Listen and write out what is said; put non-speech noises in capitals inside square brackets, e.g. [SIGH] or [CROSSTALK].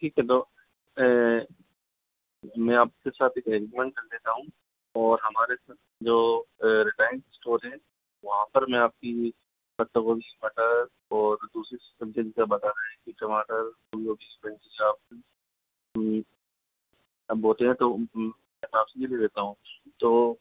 ठीक है तो मैं आपके साथ एक एग्रीमेन्ट कर लेता हूँ और हमारे सब जो रिलायंस स्टोर हैं वहाँ पर मैं आपकी पत्ता गोभी मटर और दूसरी सब्जी में बताएँ कि टमाटर [UNINTELLIGIBLE] आप बोते हैं तो आपसे ले लेता हूँ तो